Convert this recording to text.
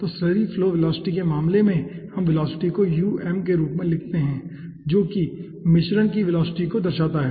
तो slurry flow velocity के मामले में हम वेलोसिटी को um के रूप में लिखते हैं जो कि मिश्रण की वेलोसिटी को दर्शाता है